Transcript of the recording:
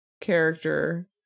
character